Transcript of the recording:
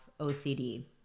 OCD